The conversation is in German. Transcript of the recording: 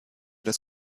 das